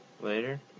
Later